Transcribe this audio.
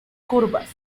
curvas